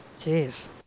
Jeez